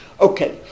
okay